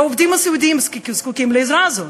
והעובדים הסיעודיים זקוקים לעזרה הזאת.